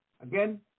Again